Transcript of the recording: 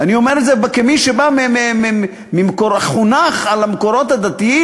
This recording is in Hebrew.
אני אומר את זה כמי שחונך על המקורות הדתיים,